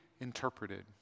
interpreted